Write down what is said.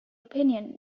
opinion